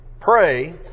pray